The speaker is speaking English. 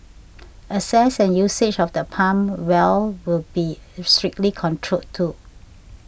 access and usage of the pump well will be strictly controlled too